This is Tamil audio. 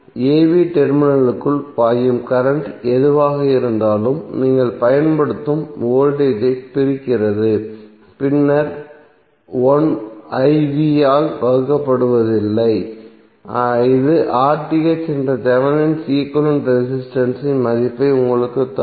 a b டெர்மினலிற்குள் பாயும் கரண்ட் எதுவாக இருந்தாலும் நீங்கள் பயன்படுத்தும் வோல்டேஜ் ஐ பிரிக்கிறது பின்னர் I v ஆல் வகுக்கப்படுவதில்லை இது என்ற தேவெனின் ஈக்விவலெண்ட் ரெசிஸ்டன்ஸ் இன் மதிப்பை உங்களுக்கு தரும்